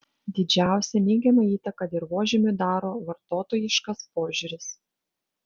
didžiausią neigiamą įtaką dirvožemiui daro vartotojiškas požiūris